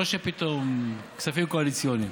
לא שפתאום כספים קואליציוניים.